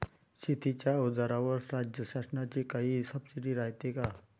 शेतीच्या अवजाराईवर राज्य शासनाची काई सबसीडी रायते का?